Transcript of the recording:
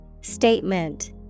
Statement